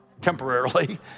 temporarily